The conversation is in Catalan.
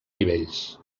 nivells